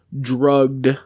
drugged